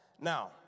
Now